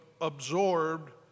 absorbed